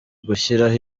gushyiraho